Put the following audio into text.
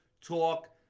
talk